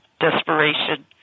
desperation